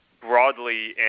broadly